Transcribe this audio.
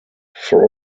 for